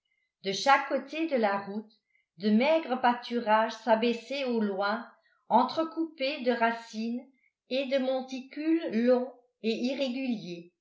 de chaque côté de la route de maigres pâturages s'abaissaient au loin entrecoupés de racines et de monticules longs et